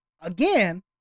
again